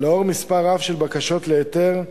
לנוכח המספר הרב של בקשות להיתר,